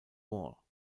wall